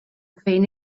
between